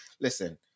listen